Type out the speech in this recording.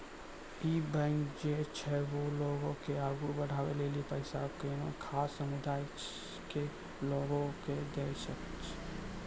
इ बैंक जे छै वें लोगो के आगु बढ़ै लेली पैसा कोनो खास समुदाय के लोगो के दै छै